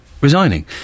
resigning